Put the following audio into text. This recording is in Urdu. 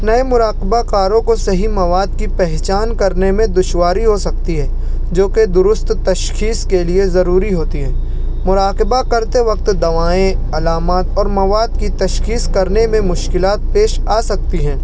نئے مراقبہ کاروں کو صحیح مواد کی پہچان کرنے میں دشواری ہو سکتی ہے جوکہ درست تشخیص کے لیے ضروری ہوتی ہے مراقبہ کرتے وقت دوائیں علامات اور مواد کی تشخیص کرنے میں مشکلات پیش آ سکتی ہیں